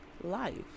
life